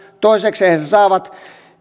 toisekseen he saavat